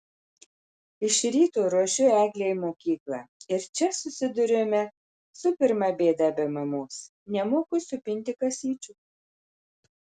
iš ryto ruošiu eglę į mokyklą ir čia susiduriame su pirma bėda be mamos nemoku supinti kasyčių